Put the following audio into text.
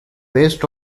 based